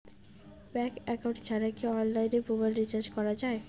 Bank account ছাড়া কি অনলাইনে মোবাইল রিচার্জ করা যায়?